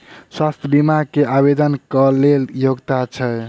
स्वास्थ्य बीमा केँ आवेदन कऽ लेल की योग्यता छै?